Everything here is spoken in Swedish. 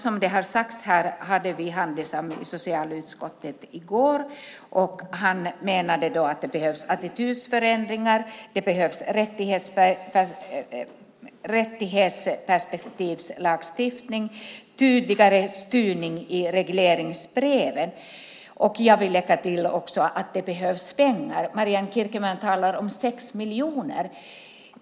Som det sagts här hade vi Handisam i socialutskottet i går, och man menade att det behövs attitydförändringar, det behövs rättighetsperspektiv i lagstiftning och tydligare styrning i regleringsbreven. Jag vill lägga till att det behövs pengar. Marianne Kierkemann talar om 6 miljoner.